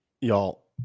y'all